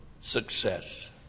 success